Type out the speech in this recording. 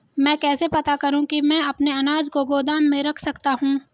मैं कैसे पता करूँ कि मैं अपने अनाज को गोदाम में रख सकता हूँ?